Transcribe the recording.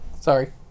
Sorry